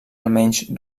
almenys